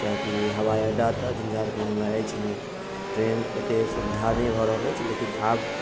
किएकि हवाइ अड्डा तऽ झंझारपुरमे अछि नहि ट्रेन ओते सुविधा नहि भऽ रहल अछि लेकिन आब